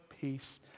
peace